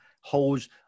holds